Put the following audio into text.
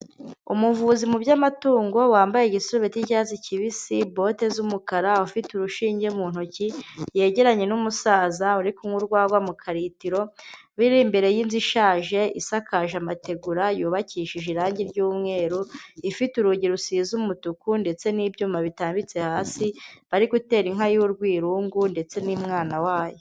Umuvuzi mu by'amatungo wambaye igisubeti cy'icyatsi kibisi, bote z'umukara, ufite urushinge mu ntoki, yegeranye n'umusaza uri kunywa urwagwa mu karitiro, biri imbere y'inzu ishaje isakaje amategura, yubakishije irangi ry'umweru, ifite urugi rusize umutuku ndetse n'ibyuma bitambitse hasi, bari gutera inka y'urwirungu ndetse n'umwana wayo.